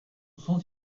sans